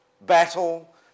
battle